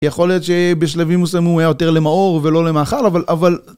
יכול להיות שבשלבים מסוימים הוא היה יותר למאור ולא למאכל, אבל...